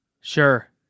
Sure